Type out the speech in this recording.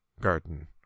garden